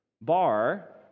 Bar